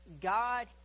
God